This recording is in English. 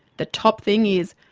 the top thing is,